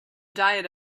diet